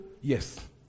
yes